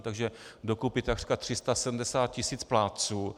Takže do kupy takřka 370 tisíc plátců.